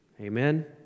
Amen